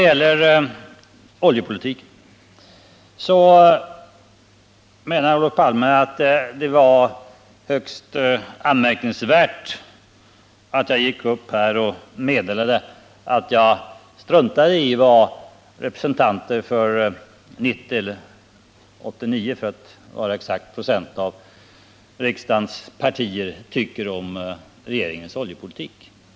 Olof Palme menar att det var högst anmärkningsvärt att jag struntade i vad representanter för 90 96 — eller 89, för att ta det exakta procenttalet — av riksdagens ledamöter tycker om regeringens oljepolitik.